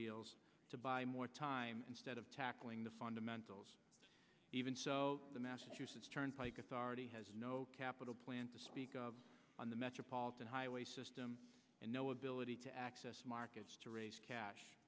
deals to buy more time instead of tackling the fundamentals even so the massachusetts turnpike authority has no capital plan to speak of on the metropolitan highway system and no ability to access markets to raise cash